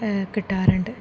കിട്ടാറൂണ്ട്